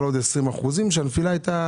כשהנפילה הייתה